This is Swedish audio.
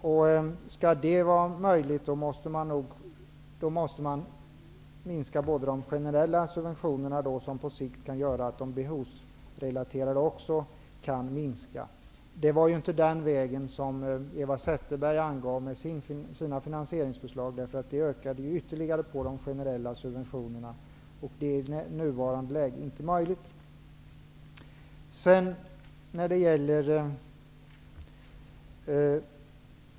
Om det skall vara möjligt måste de generella subventionerna minska, som på sikt kan göra att de behovsinriktade subventionerna också kan minska. Det var inte den vägen som Eva Zetterberg angav i sitt finansieringsförslag. Det ökade ju ytterligare de generella subventionerna, och det är inte möjligt i nuvarande läge.